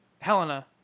Helena